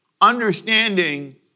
understanding